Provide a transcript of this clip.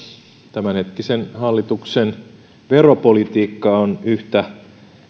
tämänhetkisen hallituksen veropolitiikka on yhtä